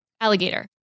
alligator